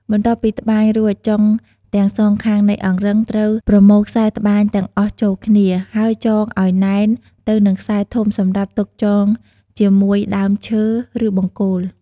បន្ទាប់ពី ត្បាញរួចចុងទាំងសងខាងនៃអង្រឹង ត្រូវប្រមូលខ្សែត្បាញទាំងអស់ចូលគ្នា ហើយចងឲ្យណែនទៅនឹងខ្សែធំ សម្រាប់ទុកចងជាមួយដើមឈើឬបង្គោល។